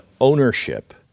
ownership